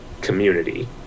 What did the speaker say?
community